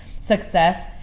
success